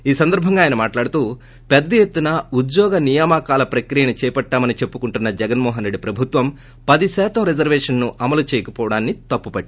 ఈ సందర్భంగా ఆయన మాట్లాడుతూ పెద్ద ఎత్తున ఉద్యోగ నియామకాల ప్రక్రియను చేపట్టామనీ చెప్పుకుంటోన్న జగన్ ప్రభుత్వం పది శాతం రిజర్వేషన్ ను అమలు చేయకవోవడాన్ని తప్పుబట్టారు